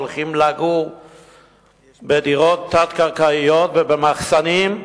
הולכים לגור בדירות תת-קרקעיות ובמחסנים,